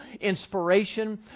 inspiration